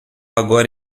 agora